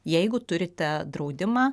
jeigu turite draudimą